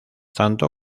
tanto